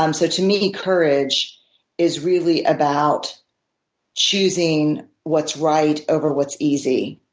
um so to me, courage is really about choosing what's right over what's easy,